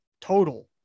total